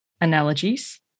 analogies